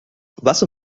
was